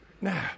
Nah